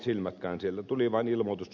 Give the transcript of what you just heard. sieltä tuli vain ilmoitus